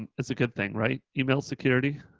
and it's a good thing right, email security?